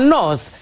North